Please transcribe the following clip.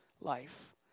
life